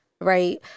Right